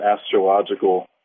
astrological